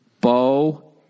Bow